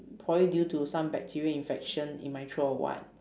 probably due to some bacterial infection in my throat or what